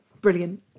brilliant